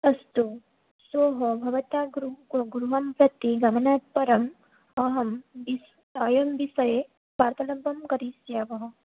अस्तु भवता गृ गृहं प्रति गमनात् परम् अहं विष् अयं विषये वार्तालापं करिष्यावः